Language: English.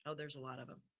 ah there's a lot of them.